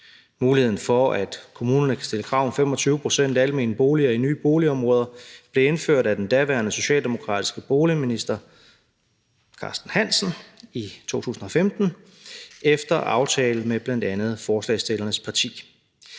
Muligheden for, at kommunerne kan stille krav om 25 pct. almene boliger i nye boligområder, blev indført af den daværende socialdemokratiske boligminister, Carsten Hansen, i 2015 efter aftale med bl.a. forslagsstillernes parti.